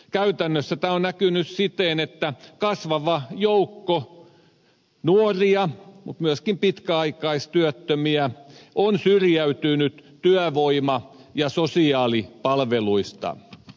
käytännössä tämä on näkynyt siten että kasvava joukko nuoria mutta myöskin pitkäaikaistyöttömiä on syrjäytynyt työvoima ja sosiaalipalveluista